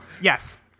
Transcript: Yes